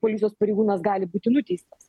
policijos pareigūnas gali būti nuteistas